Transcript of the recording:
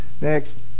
next